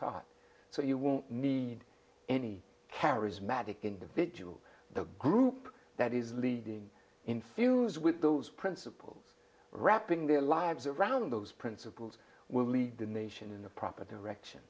taught so you won't need any charismatic individual the group that is leading infused with those principles wrapping their lives around those principles will lead the nation in the proper direction